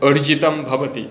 अर्जितं भवति